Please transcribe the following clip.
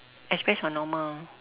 express or normal